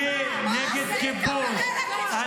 אני נגד כיבוש.